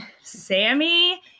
Sammy